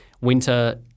Winter